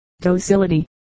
docility